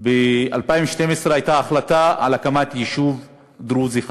ב-2012 הייתה החלטה על הקמת יישוב דרוזי חדש,